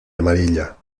amarilla